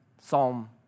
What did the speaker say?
Psalm